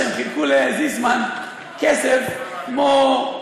שהם חילקו לזיסמן כסף כמו,